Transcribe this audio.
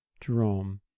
Jerome